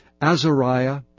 Azariah